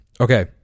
okay